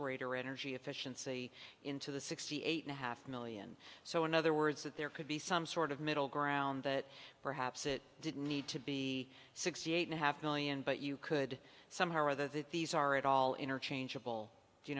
greater energy efficiency into the sixty eight and a half million so in other words that there could be some sort of middle ground that perhaps it didn't need to be sixty eight and a half million but you could somehow or other that these are at all interchangeable you